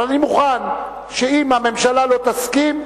אבל אני מוכן שאם הממשלה לא תסכים,